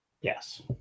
yes